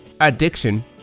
addiction